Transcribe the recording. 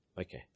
Okay